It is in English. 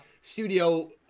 Studio